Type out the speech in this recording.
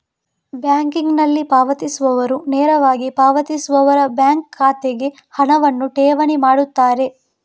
ಬ್ಯಾಂಕಿಂಗಿನಲ್ಲಿ ಪಾವತಿಸುವವರು ನೇರವಾಗಿ ಪಾವತಿಸುವವರ ಬ್ಯಾಂಕ್ ಖಾತೆಗೆ ಹಣವನ್ನು ಠೇವಣಿ ಮಾಡುತ್ತಾರೆ